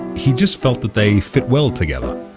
he just felt that they fit well together